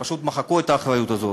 שפשוט מחקו את האחריות הזאת.